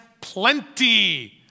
plenty